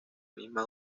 misma